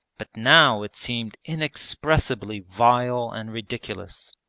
but now it seemed inexpressibly vile and ridiculous.